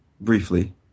briefly